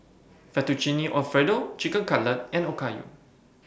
Fettuccine Alfredo Chicken Cutlet and Okayu